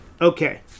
Okay